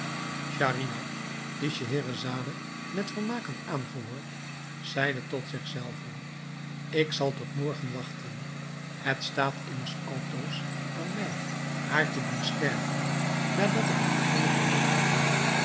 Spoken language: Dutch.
schahriar die scheherazade met vermaak had aangehoord zeide tot zich zelven ik zal tot morgen wachten het staat immers altoos aan mij haar te doen sterven nadat ik het einde van dit verhaal